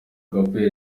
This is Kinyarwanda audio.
couple